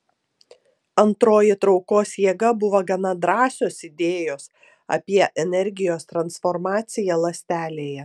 antroji traukos jėga buvo gana drąsios idėjos apie energijos transformaciją ląstelėje